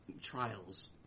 trials